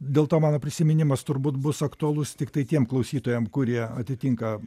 dėl to mano prisiminimas turbūt bus aktualus tiktai tiem klausytojam kurie atitinka